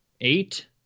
eight